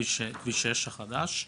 כביש 6 החדש,